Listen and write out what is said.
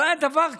לא היה דבר כזה.